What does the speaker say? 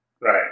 Right